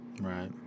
Right